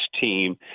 team